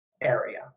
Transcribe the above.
area